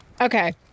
Okay